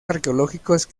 arqueológicos